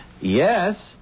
Yes